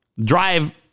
drive